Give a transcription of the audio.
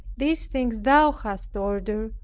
these things thou hast ordered,